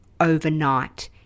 Overnight